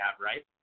right